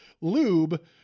lube